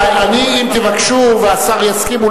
אם תבקשו והשר יסכים,